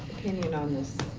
opinion on this